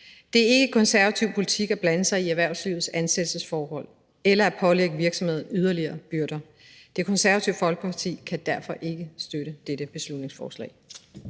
Det er ikke konservativ politik at blande sig i erhvervslivets ansættelsesforhold eller at pålægge virksomheder yderligere byrder. Det Konservative Folkeparti kan derfor ikke støtte dette beslutningsforslag.